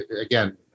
again